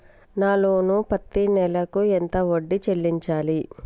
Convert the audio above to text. నా లోను పత్తి నెల కు ఎంత వడ్డీ చెల్లించాలి?